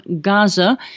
Gaza